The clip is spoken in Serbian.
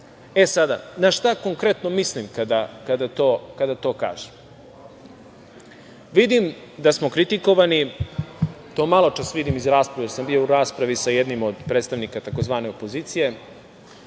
komisije. Na šta konkretno mislim kada to kažem? Vidim da smo kritikovani, to maločas vidim iz rasprave, jer sam bio u raspravi sa jednim od predstavnika tzv. opozicije.